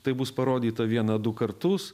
tai bus parodyta vieną du kartus